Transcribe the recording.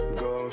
go